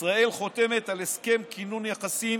ישראל חותמת על הסכם כינון יחסים